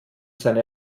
seine